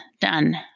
done